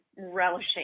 relishing